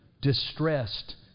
distressed